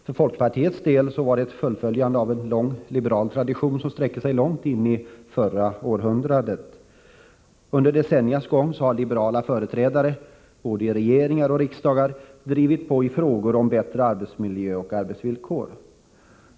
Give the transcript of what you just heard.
För folkpartiets del innebar det ett fullföljande av en gammal liberal tradition, som sträcker sig långt tillbaka in i förra århundradet. Under decenniernas gång har liberala företrädare både i regeringar och i riksdagar drivit på i frågor om bättre arbetsmiljö och arbetsvillkor.